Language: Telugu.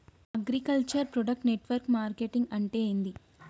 అగ్రికల్చర్ ప్రొడక్ట్ నెట్వర్క్ మార్కెటింగ్ అంటే ఏంది?